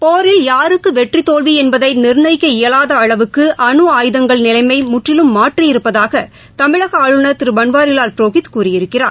போரில் யாருக்கு வெற்றி தோல்வி என்பதை நிர்ணயிக்க இயலாத அளவுக்கு அணு ஆயுதங்கள் நிலைமைய முற்றிலும் மாற்றியிருப்பதாக தமிழக ஆளுநர் திரு பன்வாரிலால் புரோஹித் கூறியிருக்கிறார்